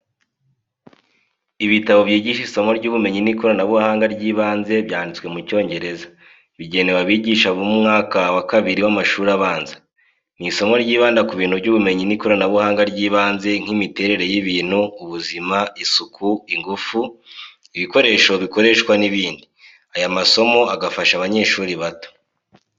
Ibitabo byigisha isomo ry'ubumenyi n’ikoranabuhanga ry’ibanze byanditswe mu cyongereza, bigenewe abigisha bo mu mwaka wa kabiri w’amashuri abanza. Ni isomo ryibanda ku bintu by'ubumenyi n'ikoranabuhanga ry’ibanze nk'imiterere y’ibintu, ubuzima, isuku, ingufu, ibikoresho bikoreshwa n’ibindi aya masomo agafasha abanyeshuri bato.